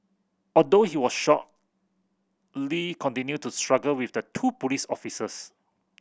although he was shot Lee continued to struggle with the two police officers